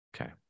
Okay